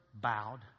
bowed